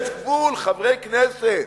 יש גבול, חברי הכנסת.